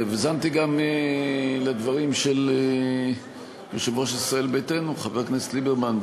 והאזנתי גם לדברים של יושב-ראש ישראל ביתנו חבר הכנסת ליברמן,